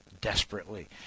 desperately